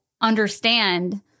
understand